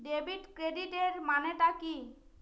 Debit ক্রেডিটের মানে টা কি?